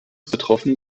betroffen